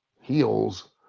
heels